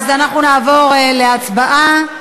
אנחנו נעבור להצבעה.